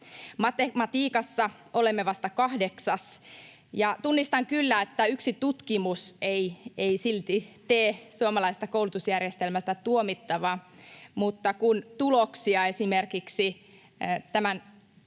Matematiikassa olemme vasta kahdeksas. Tunnistan kyllä, että yksi tutkimus ei tee suomalaisesta koulutusjärjestelmästä tuomittavaa, mutta kun tuloksia esimerkiksi